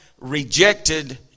rejected